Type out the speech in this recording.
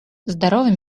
здоровый